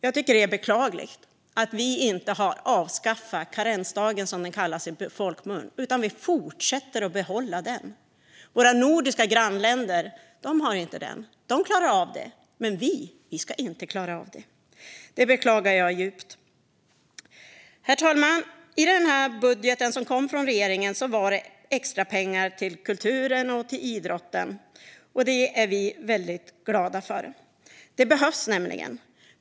Jag tycker att det är beklagligt att vi inte har avskaffat karensdagen, som den kallas i folkmun, utan fortsätter behålla den. Våra nordiska grannländer har inte den. De klarar av det, men vi ska inte klara av det. Det beklagar jag djupt. Herr talman! I den här budgeten som kom från regeringen var det extrapengar till kulturen och idrotten, och det är vi väldigt glada för.